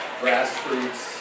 grassroots